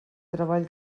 treball